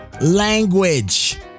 language